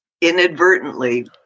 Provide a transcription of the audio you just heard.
inadvertently